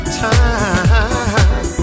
time